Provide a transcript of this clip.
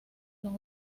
los